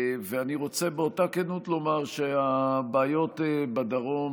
ואני רוצה באותה כנות לומר שהבעיות בדרום,